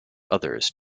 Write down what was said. others